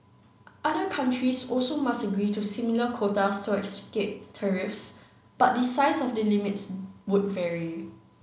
other countries also must agree to similar quotas to escape tariffs but the size of the limits would vary